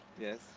Yes